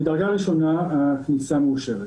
מדרגה ראשונה הכניסה מאושרת.